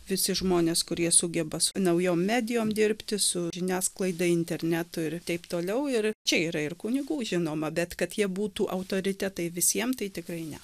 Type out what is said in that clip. visi žmonės kurie sugeba su naujom medijom dirbti su žiniasklaida internetu ir taip toliau ir čia yra ir kunigų žinoma bet kad jie būtų autoritetai visiem tai tikrai ne